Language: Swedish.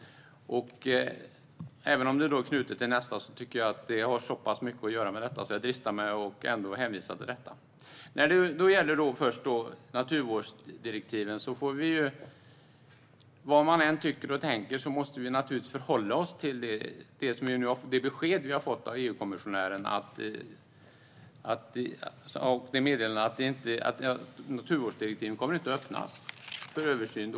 Även om det är knutet till nästa debatt tycker jag att det har så pass mycket att göra med detta att jag dristar mig att hänvisa till det. När det först gäller naturvårdsdirektiven måste vi, vad vi än tycker och tänker, förhålla oss till det besked vi har fått av EU-kommissionären: att naturvårdsdirektiven inte kommer att öppnas för översyn.